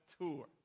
tour